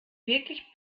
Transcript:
wirklich